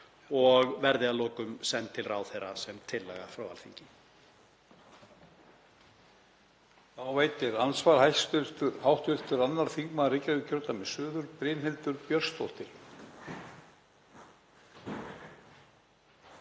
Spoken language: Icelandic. og verði að lokum send til ráðherra sem tillaga frá Alþingi.